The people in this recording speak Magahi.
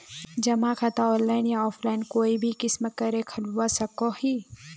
जमा खाता ऑनलाइन या ऑफलाइन कोई भी किसम करे खोलवा सकोहो ही?